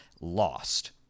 lost